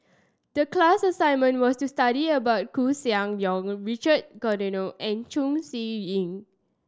the class assignment was to study about Koeh Sia Yong Richard Corridon and Chong Siew Ying